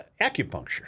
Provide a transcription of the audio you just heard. acupuncture